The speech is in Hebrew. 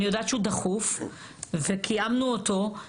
אני מבקשת עד סוף השבוע או בשבוע הבא להעביר